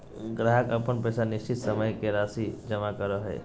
ग्राहक अपन पैसा निश्चित समय के राशि जमा करो हइ